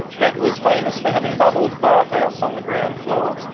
that was famous for having bubbles bath-house on the ground floor,